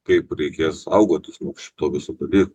kaip reikės saugotis nuo šito viso dalyko